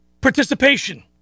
participation